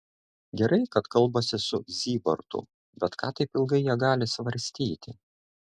gerai kad kalbasi su zybartu bet ką taip ilgai jie gali svarstyti